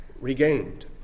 regained